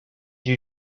you